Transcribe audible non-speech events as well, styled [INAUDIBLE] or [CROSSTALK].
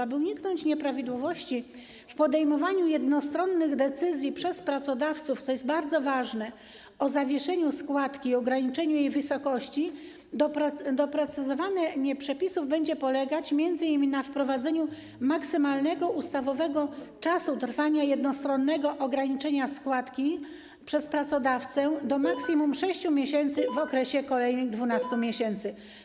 Aby uniknąć nieprawidłowości w podejmowaniu przez pracodawców jednostronnych decyzji - co jest bardzo ważne - o zawieszeniu składki i ograniczeniu jej wysokości, doprecyzowanie przepisów będzie polegać m.in. na wprowadzeniu maksymalnego ustawowego czasu trwania jednostronnego ograniczenia składki przez pracodawcę do maksimum 6 miesięcy [NOISE] w okresie kolejnych 12 miesięcy.